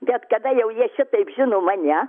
bet kada jau jie šitaip žino mane